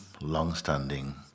long-standing